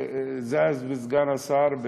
זז, לסגן שר,